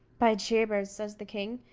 by jabers, says the king,